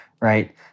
right